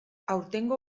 aurtengo